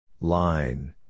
Line